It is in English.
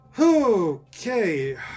Okay